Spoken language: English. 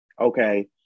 okay